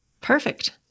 Perfect